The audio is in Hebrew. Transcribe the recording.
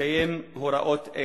לקיים הוראות אלה.